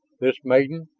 this maiden,